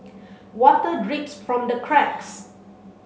water drips from the cracks